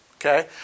okay